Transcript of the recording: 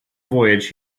voyage